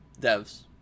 Devs